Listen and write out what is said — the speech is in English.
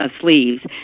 sleeves